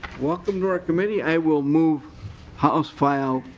welcome to our committee. i will move house file